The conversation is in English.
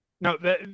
No